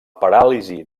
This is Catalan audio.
paràlisi